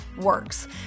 works